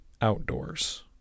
outdoors